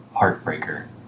heartbreaker